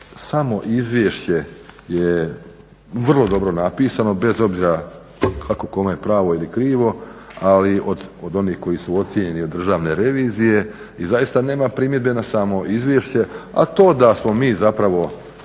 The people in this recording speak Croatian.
samo izvješće je vrlo dobro napisano bez obzira kako kome pravo ili krivo, ali od onih koji su ocjenjeni od Državne revizije i zaista nema primjedbe na samo izvješće, a to da smo mi zapravo,